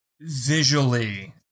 visually